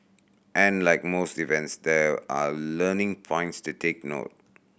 and like most events there are learning points to take note